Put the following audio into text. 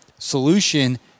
solution